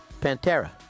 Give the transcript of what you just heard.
Pantera